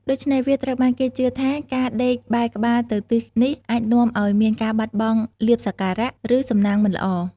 ដូចនេះ វាត្រូវបានគេជឿថា ការដេកបែរក្បាលទៅទិសនេះអាចនាំឱ្យមានការបាត់បង់លាភសក្ការៈ ឬសំណាងមិនល្អ។